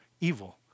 evil